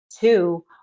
Two